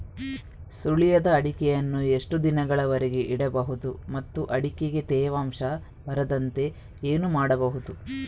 ಸುಲಿಯದ ಅಡಿಕೆಯನ್ನು ಎಷ್ಟು ದಿನಗಳವರೆಗೆ ಇಡಬಹುದು ಮತ್ತು ಅಡಿಕೆಗೆ ತೇವಾಂಶ ಬರದಂತೆ ಏನು ಮಾಡಬಹುದು?